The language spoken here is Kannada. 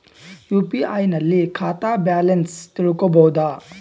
ಯು.ಪಿ.ಐ ನಲ್ಲಿ ಖಾತಾ ಬ್ಯಾಲೆನ್ಸ್ ತಿಳಕೊ ಬಹುದಾ?